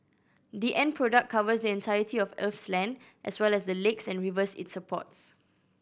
the end product covers the entirety of Earth's land as well as the lakes and rivers it supports